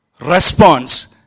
response